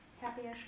Happy